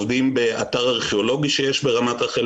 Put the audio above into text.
באתר ארכיאולוגי שיש ברמת רחל,